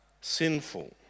sinful